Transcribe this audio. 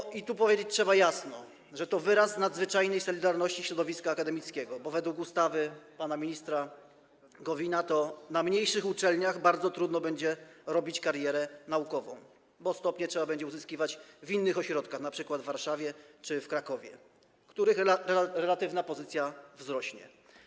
Trzeba tu jasno powiedzieć, że to jest wyraz nadzwyczajnej solidarności środowiska akademickiego, bo według ustawy pana ministra Gowina na mniejszych uczelniach bardzo trudno będzie robić karierę naukową, ponieważ stopnie trzeba będzie uzyskiwać w innych ośrodkach, np. w Warszawie czy w Krakowie, których pozycja relatywnie wzrośnie.